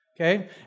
Okay